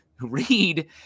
read